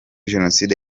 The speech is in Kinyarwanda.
jenoside